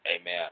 Amen